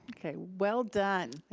okay, well done.